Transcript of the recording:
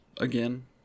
again